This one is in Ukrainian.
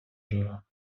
жура